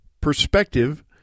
Perspective